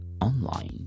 online